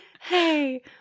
Hey